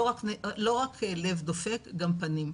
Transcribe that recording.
לא רק לב דופק, גם פנים.